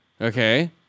okay